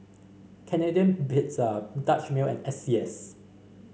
Canadian Pizza Dutch Mill and S C S